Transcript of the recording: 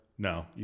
No